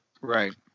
Right